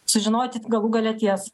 sužinoti galų gale tiesą